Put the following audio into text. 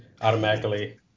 automatically